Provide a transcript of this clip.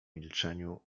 milczeniu